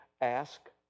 ask